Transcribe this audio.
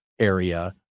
area